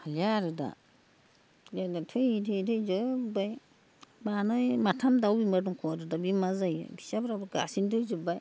हालिया आरो दा बेनोथ' बिदिनो थैजोबबाय मानै माथाम दाउ बिमा दङ आरो दा बे मा जायो फिसाफोराबो गासैबो थैजोबबाय